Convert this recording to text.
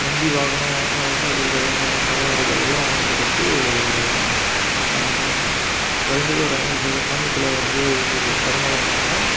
வண்டி வாங்கணும் விவசாயத்துக்கு தேவையான கால்நடைகள்லாம் வாங்குகிறதுக்கு குறைந்தது ஒரு ஐம்பது சதவீதம் மானிலத்தில் வந்து கடன் வழங்குனாங்கன்னா